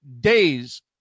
days